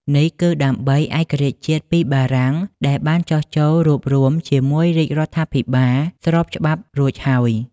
នេះគឺដើម្បី ឯករាជ្យជាតិពីបារាំង ដែលបានចុះចូលរួបរួមជាមួយ រាជរដ្ឋា ភិបាលស្របច្បាប់រួចហើយ។